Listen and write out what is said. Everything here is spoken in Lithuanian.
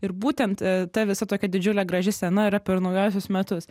ir būtent ta visa tokia didžiulė graži scena yra per naujuosius metus